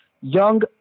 young